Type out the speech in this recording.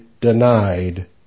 denied